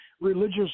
religious